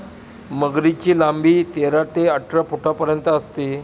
मगरीची लांबी तेरा ते अठरा फुटांपर्यंत असते